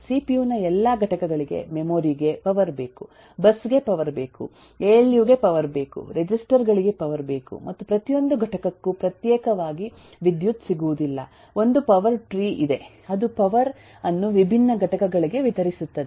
CPU ನ ಎಲ್ಲಾ ಘಟಕಗಳಿಗೆ ಮೆಮೊರಿ ಗೆ ಪವರ್ ಬೇಕು ಬಸ್ ಗೆ ಪವರ್ ಬೇಕು ಎಎಲ್ಯು ಗೆ ಪವರ್ ಬೇಕು ರೆಜಿಸ್ಟರ್ ಗಳಿಗೆ ಪವರ್ ಬೇಕು ಮತ್ತು ಪ್ರತಿಯೊಂದು ಘಟಕಕ್ಕೂ ಪ್ರತ್ಯೇಕವಾಗಿ ವಿದ್ಯುತ್ ಸಿಗುವುದಿಲ್ಲ ಒಂದು ಪವರ್ ಟ್ರೀ ಇದೆ ಅದು ಪವರ್ ಅನ್ನು ವಿಭಿನ್ನ ಘಟಕಗಳಿಗೆ ವಿತರಿಸುತ್ತದೆ